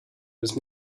was